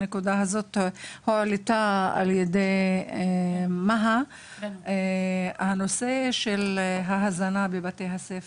זו נקודה שהועלתה על ידי --- וזה נושא ההזנה בבתי הספר.